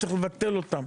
צריך לבטל אותן.